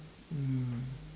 mm